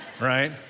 right